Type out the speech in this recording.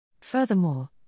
Furthermore